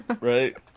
Right